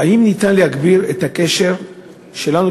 ניתן להגביר את הקשר שלנו,